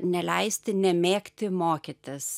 neleisti nemėgti mokytis